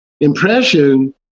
Impression